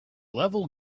level